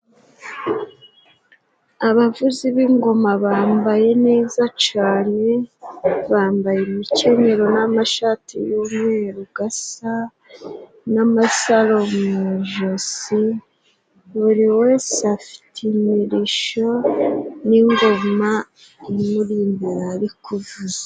Abavuzi b'ingoma bambaye neza cane! Bambaye imikenyero n'amashati y'umweru gasa, n'amasaro mu ijosi, buri wese afite imirisho, n'ingoma imuri imbere ari kuvuza.